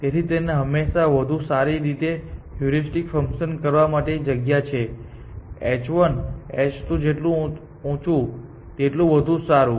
તેથી તે હંમેશાં વધુ સારી રીતે હ્યુરિસ્ટિક ફંકશન કરવા માટે જગ્યા છે h1 h2 જેટલું ઊંચું તેટલું વધુ સારું